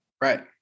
Right